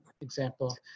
example